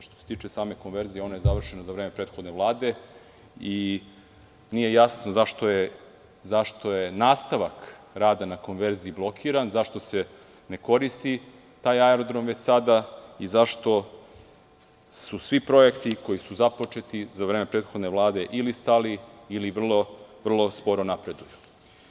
Što se tiče same konverzije, ona je završena za vreme prethodne Vlade i nije jasno zašto je nastavak rada na konverziji blokiran, zašto se ne koristi taj aerodrom već sada, zašto su svi projekti koji su započeti za vreme prethodne Vlade ili stali ili sporo napreduju.